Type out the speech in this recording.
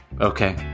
Okay